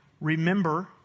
Remember